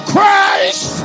Christ